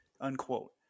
unquote